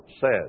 says